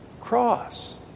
cross